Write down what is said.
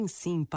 sim